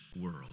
world